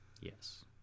Yes